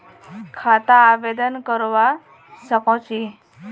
खाता आवेदन करवा संकोची?